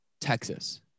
Texas